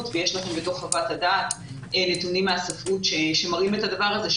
ויש לכם בחוות הדעת נתונים מהספרות שמראים את הדבר הזה,